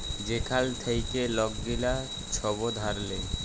যেখাল থ্যাইকে লক গিলা ছব ধার লেয়